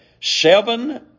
seven